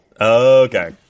Okay